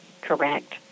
Correct